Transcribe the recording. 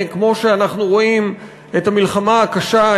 כמו שאנחנו רואים את המלחמה הקשה,